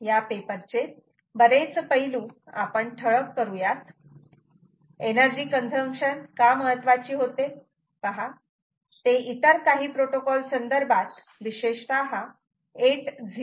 या पेपरचे बरेच पैलू आपण ठळक करूयात एनर्जी कंझम्पशन का महत्वाची होते पहा ते इतर काही प्रोटोकॉल संदर्भात विशेषतः 802